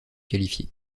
qualifier